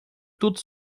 tudo